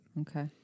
Okay